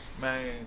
man